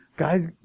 Guys